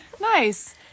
Nice